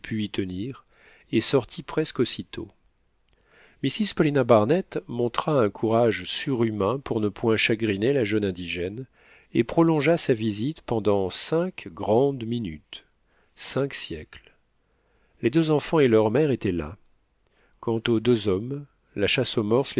y tenir et sortit presque aussitôt mrs paulina barnett montra un courage surhumain pour ne point chagriner la jeune indigène et prolongea sa visite pendant cinq grandes minutes cinq siècles les deux enfants et leur mère étaient là quant aux deux hommes la chasse aux morses